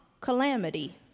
calamity